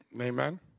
Amen